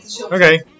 Okay